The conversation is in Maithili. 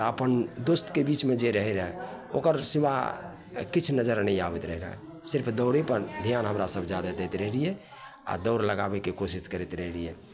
तऽ अपन दोस्तके बीचमे जे रहै रहै ओकर सिवा किछु नजरि नहि आबैत रहै रहै सिर्फ दौड़ैपर धिआन हमरासभ जादे दैत रहिए आओर दौड़ लगाबैके कोशिश करैत रहै रहिए